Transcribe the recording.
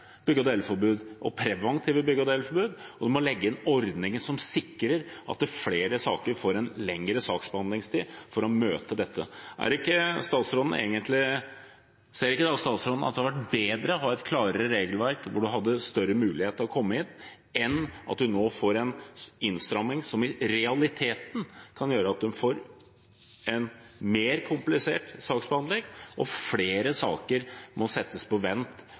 bygge- og deleforbud – og preventive bygge- og deleforbud – og legge inn ordninger som sikrer at flere saker får en lengre saksbehandlingstid for å møte dette. Ser ikke statsråden at det hadde vært bedre å ha et klarere regelverk, hvor en hadde større mulighet til å komme inn, enn at en nå får en innstramming som i realiteten kan gjøre at en får en mer komplisert saksbehandling, og at flere saker må settes på vent